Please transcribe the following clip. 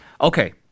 Okay